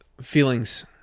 feelings